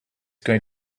going